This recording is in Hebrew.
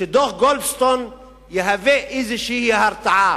שדוח גולדסטון יהווה איזושהי הרתעה,